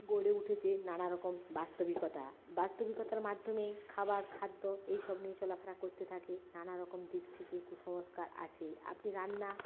গড়ে উঠেছে নানা রকম বাস্তবিকতা বাস্তবিকতার মাধ্যমে খাবার খাদ্য এইসব নিয়ে চলাফেরা করতে থাকে নানা রকম দিক থেকে কুসংস্কার আছে আপনি রান্না